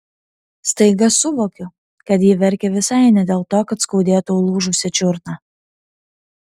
staiga suvokiu kad ji verkia visai ne dėl to kad skaudėtų lūžusią čiurną